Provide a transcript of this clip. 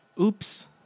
Oops